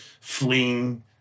fleeing